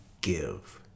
give